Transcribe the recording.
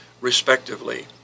respectively